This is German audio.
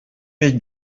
nicht